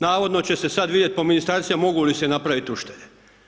Navodno će sad vidjeti po Ministarstvima mogu li se napraviti uštede.